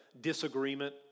disagreement